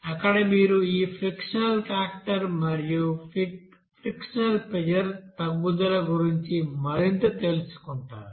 అక్కడ మీరు ఈ ఫ్రిక్షనల్ ఫాక్టర్ మరియు ఫ్రిక్షనల్ ప్రెజర్ తగ్గుదల గురించి మరింత తెలుసుకుంటారు